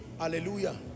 Hallelujah